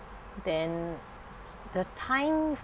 then the times